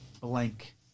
blank